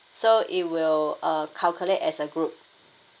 so it will uh calculate as a group